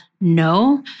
no